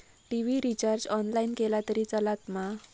TV recharge online केला तरी चलात मा?